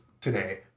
today